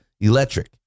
electric